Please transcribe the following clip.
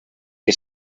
que